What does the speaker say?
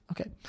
okay